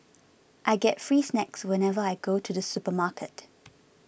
I get free snacks whenever I go to the supermarket